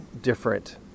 different